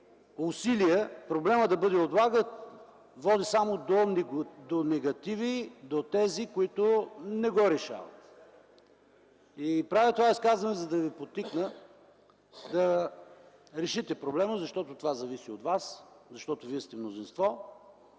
усилия проблемът да бъде отлаган водят само до негативи за тези, които не го решават. Правя това изказване, за да ви подтикна да решите проблема час по-скоро, защото това зависи от вас – вие сте мнозинство,